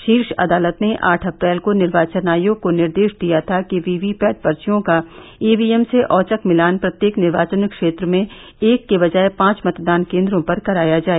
षीर्श अदालत ने आठ अप्रैल को निर्वाचन आयोग को निर्देश दिया था कि वीवीपैट पर्चियों का ईवीएम से औचक मिलान प्रत्येक निर्वाचन क्षेत्र में एक के बजाय पांच मतदान केंद्रों पर कराया जाए